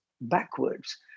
backwards